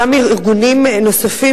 גם ארגונים נוספים,